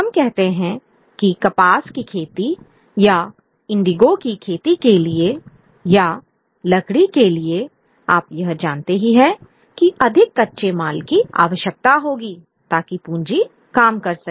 हम कहते हैं कि कपास की खेती या इंडिगो की खेती के लिए या लकड़ी के लिए आप यह जानते हैं कि अधिक कच्चे माल की आवश्यकता होगी ताकि पूंजी काम कर सके